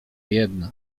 jedno